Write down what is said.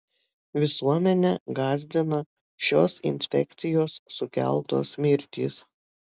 visuomenę gąsdina šios infekcijos sukeltos mirtys